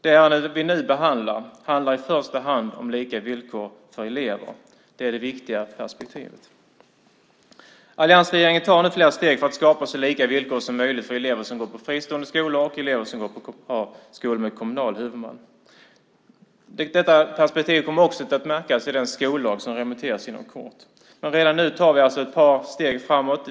Det ärende vi nu behandlar handlar i första hand om lika villkor för elever. Det är det viktiga perspektivet. Alliansregeringen tar nu flera steg för att skapa så lika villkor som möjligt för elever som går i fristående skolor och elever som går i skolor med kommunal huvudman. Detta perspektiv kommer också att märkas i den skollag som remitteras inom kort. Men redan nu tar vi alltså ett par steg framåt.